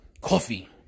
coffee